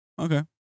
Okay